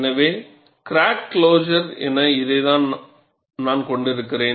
எனவே closer stress என இதை நான் கொண்டிருக்கிறேன்